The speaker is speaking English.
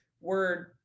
word